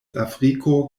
afriko